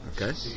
Okay